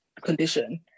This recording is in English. condition